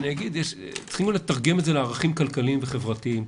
צריכים אולי לתרגם את זה לערכים כלכליים וחברתיים.